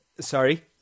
Sorry